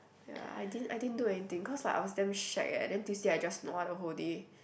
ya I didn't I didn't do anything cause like I was damn shag eh then Tuesday I just nua the whole day